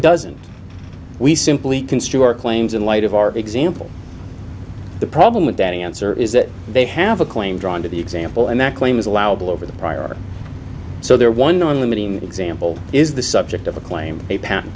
doesn't we simply construe our claims in light of our example the problem with that answer is that they have a claim drawn to the example and that claim is allowable over the prior so their one on limiting example is the subject of a claim a p